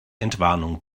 entwarnung